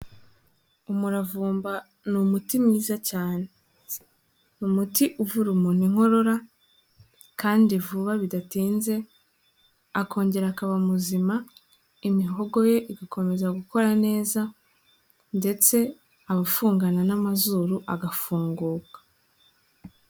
Umuravumba ni umuti mwiza cyane, ni umuti uvura umuntu inkorora kandi vuba bidatinze, akongera akaba muzima, imihogo ye igakomeza gukora neza ndetse abafungana n'amazuru agafunguka.